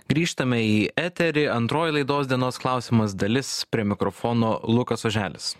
grįžtame į eterį antroji laidos dienos klausimas dalis prie mikrofono lukas oželis